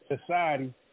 society